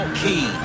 key